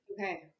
Okay